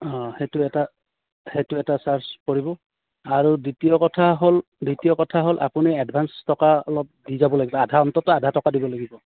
অঁ সেইটো এটা সেইটো এটা চাৰ্জ পৰিব আৰু দ্বিতীয় কথা হ'ল দ্বিতীয় কথা হ'ল আপুনি এডভান্স টকা অলপ দি যাব লাগিব আধা অন্ততঃ আধা টকা দিব লাগিব